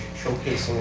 showcase